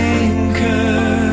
anchor